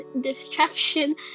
distraction